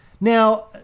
Now